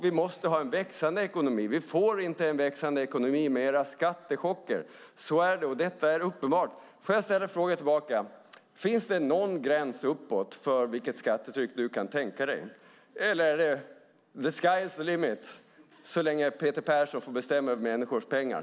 Vi måste ha en växande ekonomi. Vi får inte en växande ekonomi med era skattechocker. Detta är uppenbart. Får jag ställa frågor tillbaka: Finns det någon gräns uppåt för vilket skattetryck du kan tänka dig? Eller är det "the sky is the limit" så länge Peter Persson får bestämma över människors pengar?